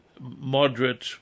moderate